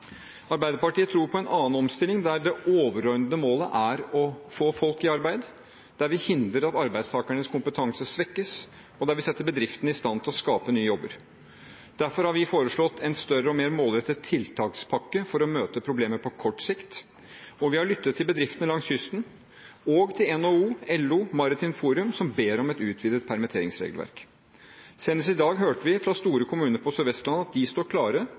Arbeiderpartiet tror på en annen omstilling, der det overordnede målet er å få folk i arbeid, der vi hindrer at arbeidstakernes kompetanse svekkes, og der vi setter bedriftene i stand til å skape nye jobber. Derfor har vi foreslått en større og mer målrettet tiltakspakke for å møte problemet på kort sikt. Og vi har lyttet til bedriftene langs kysten, og til NHO, LO, Maritimt Forum, som ber om et utvidet permitteringsregelverk. Senest i dag hørte vi fra store kommuner på Sør-Vestlandet at de står klare